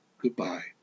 Goodbye